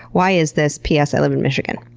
why is this? p s. i live in michigan.